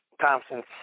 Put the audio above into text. Thompson